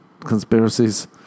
conspiracies